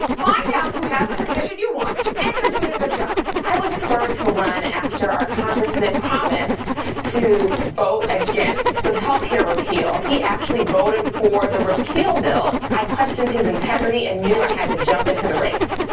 find out who has the position you want and if they're doing a good job. i was spurred to run after our congressman promised to vote against the health care repeal. he actually voted for the repeal bill. bill. i questioned his integrity and knew i had to jump into the race.